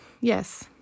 Yes